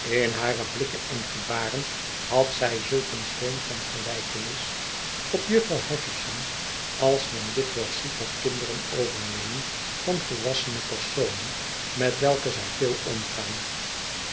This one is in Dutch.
in hare blikken en gebaren had zij zulk een zweem van gelijkenis op jufvrouw havisham als men dikwijls ziet dat kinderen overnemen van volwassene personen met welke zij veel omgaan